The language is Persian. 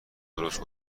درست